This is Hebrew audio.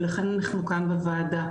ולכן אנחנו כאן בוועדה.